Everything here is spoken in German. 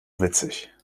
witzig